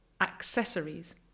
accessories